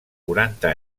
quaranta